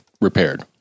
repaired